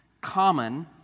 common